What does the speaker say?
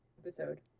episode